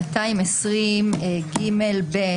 בסעיף 220ג(ב)